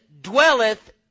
dwelleth